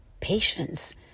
patience